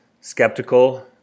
skeptical